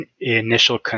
initial